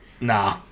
nah